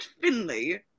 Finley